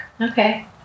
Okay